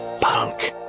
punk